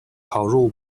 考入